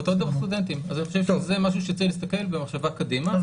ואוצו דבר סטודנטים ואני חושב שזה משהו שצריך להסתכל במחשבה קדימה.